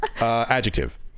adjective